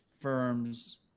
firms